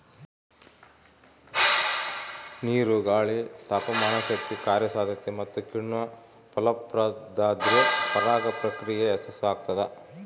ನೀರು ಗಾಳಿ ತಾಪಮಾನಶಕ್ತಿ ಕಾರ್ಯಸಾಧ್ಯತೆ ಮತ್ತುಕಿಣ್ವ ಫಲಪ್ರದಾದ್ರೆ ಪರಾಗ ಪ್ರಕ್ರಿಯೆ ಯಶಸ್ಸುಆಗ್ತದ